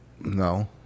No